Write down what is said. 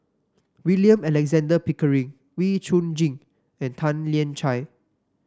William Alexander Pickering Wee Chong Jin and Tan Lian Chye